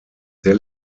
der